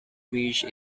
bridge